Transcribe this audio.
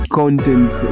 content